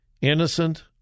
innocent